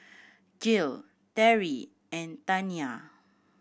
Gil Terrie and Taniyah